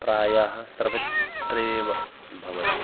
प्रायः सर्वत्रैव भवति